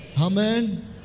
Amen